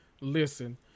Listen